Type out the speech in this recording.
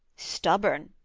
stubborn,